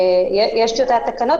יש תקנות,